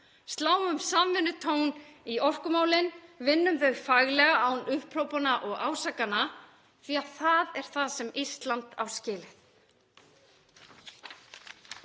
Sláum samvinnutón í orkumálum, vinnum þau faglega án upphrópana og ásakana því það er það sem Ísland á skilið.